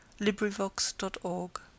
LibriVox.org